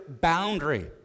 boundary